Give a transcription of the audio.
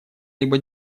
либо